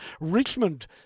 Richmond